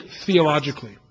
theologically